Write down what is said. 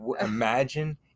imagine